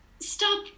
stop